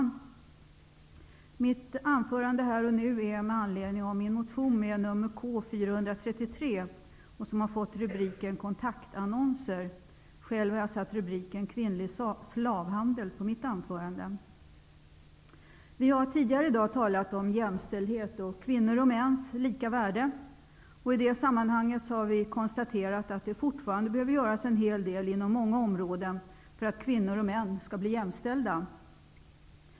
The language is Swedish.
Herr talman! Jag skall hålla mitt anförande med anledning av min motion K433, som har fått rubriken ''Kontaktannonser''. Själv har jag satt rubriken ''Kvinnlig slavhandel'' på mitt anförande. Vi har tidigare i dag talat om jämställdhet och kvinnors och mäns lika värde. I det sammanhanget har det konstaterats att det fortfarande behöver göras en hel del inom många områden för att kvinnor och män skall bli jämställda.